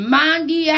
Mandi